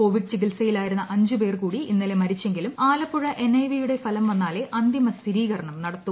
Covid ചികിൽസയിലായിരുന്ന അഞ്ച് പേർ കൂടി ഇന്നലെ മരിച്ചെങ്കിലും ആലപ്പുഴ എൻഐവിയുടെ ഫലം വന്നാലെ അന്തിമ സ്ഥിരീകരണം നടത്തു